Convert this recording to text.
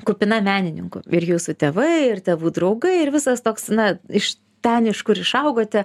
kupina menininkų ir jūsų tėvai ir tėvų draugai ir visas toks na iš ten iš kur išaugote